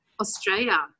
Australia